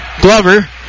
Glover